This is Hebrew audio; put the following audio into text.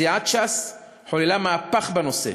סיעת ש״ס חוללה מהפך בנושא,